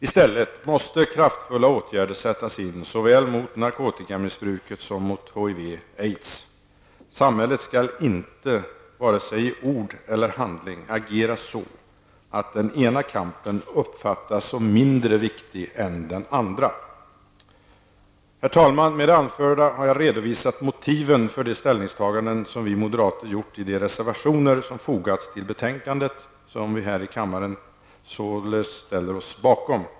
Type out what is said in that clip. I stället måste kraftfulla åtgärder vidtas såväl mot narkotikamissbruket som mot HIV/aids. Samhället skall inte vare sig i ord eller i handling agera så, att den ena kampen uppfattas som mindre viktig än den andra! Herr talman! Med det anförda har jag redovisat motiven för de ställningstaganden som vi moderater har gjort i de reservationer som har fogats till betänkandet och som vi här i kammaren således ställer oss bakom.